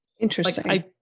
Interesting